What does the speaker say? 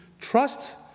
trust